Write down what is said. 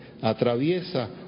atraviesa